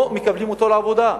לא מקבלים אותו לעבודה.